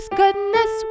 goodness